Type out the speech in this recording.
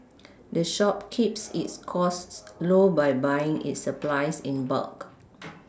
the shop keeps its costs low by buying its supplies in bulk